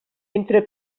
entre